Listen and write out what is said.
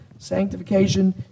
Sanctification